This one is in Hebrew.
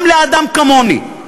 גם לאדם כמוני,